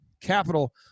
capital